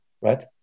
right